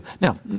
Now